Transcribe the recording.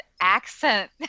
accent